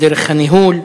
בדרך הניהול.